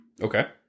okay